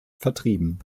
vertrieben